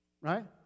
Right